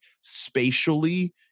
spatially